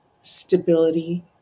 stability